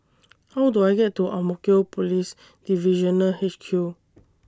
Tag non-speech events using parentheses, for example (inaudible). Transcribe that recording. (noise) How Do I get to Ang Mo Kio Police Divisional H Q